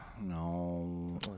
No